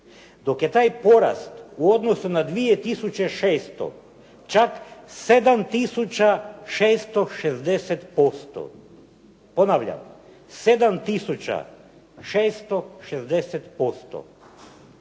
Dok je taj porast u odnosu na 2006. čak 7660%, ponavljam 7660%.